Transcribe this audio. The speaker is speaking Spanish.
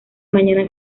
mañana